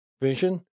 vision